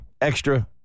extra